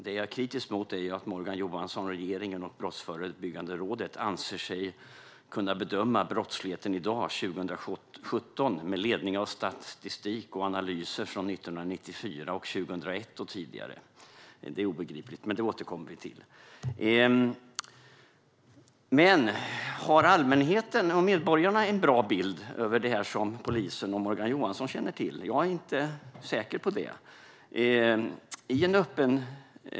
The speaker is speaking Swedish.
Det jag är kritisk mot är att Morgan Johansson, regeringen och Brottsförebyggande rådet anser sig kunna bedöma brottsligheten i dag, 2017, med ledning av statistik och analyser från 1994, 2001 och tidigare. Det är obegripligt, men det återkommer vi till. Men har allmänheten och medborgarna en bra bild över det här som polisen och Morgan Johansson känner till? Jag är inte säker på det.